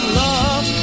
love